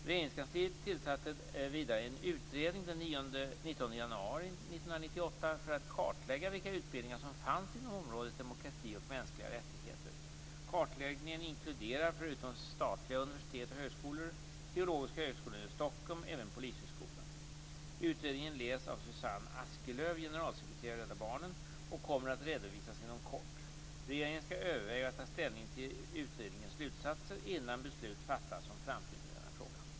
Regeringskansliet tillsatte vidare en utredning den 19 januari 1998 för att kartlägga vilka utbildningar som finns inom området demokrati och mänskliga rättigheter. Kartläggningen inkluderar förutom statliga universitet och högskolor samt Teologiska Högskolan i Stockholm även Polishögskolan. Utredningen leds av Suzanne Askelöf, generalsekreterare i Rädda Barnen, och kommer att redovisas inom kort. Regeringen skall överväga och ta ställning till utredningens slutsatser innan beslut fattas om framtiden i denna fråga.